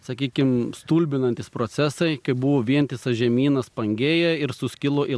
sakykim stulbinantys procesai kai buvo vientisas žemynas pangėja ir suskilo į